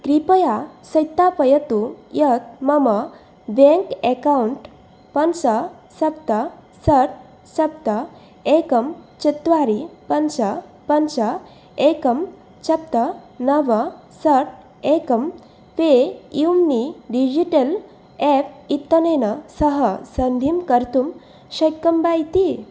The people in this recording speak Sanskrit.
कृपया सत्यापयतु यत् मम बेङ्क् अकौण्ट् पञ्च सप्त षट् सप्त एकं चत्वारि पञ्च पञ्च एकं सप्त नव षट् एकं ते यूनि डिजिटल् एप् इत्यनेन सह सन्धिं कर्तुं शक्यं वा इति